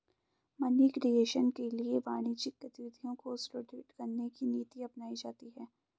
money creation के लिए वाणिज्यिक गतिविधियों को सुदृढ़ करने की नीति अपनाई जाती है